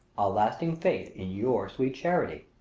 a lasting faith in your sweet charity.